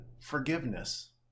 forgiveness